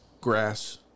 grass